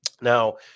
Now